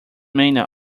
mina